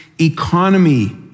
economy